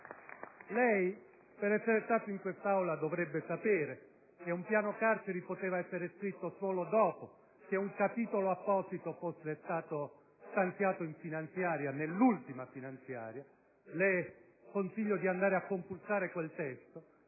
lei, per essere stato in quest'Aula, dovrebbe sapere che un piano carceri poteva essere scritto solo dopo che un capitolo apposito fosse stato stanziato nell'ultima finanziaria. Le consiglio di andare a consultare quel testo.